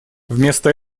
вместо